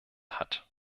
hat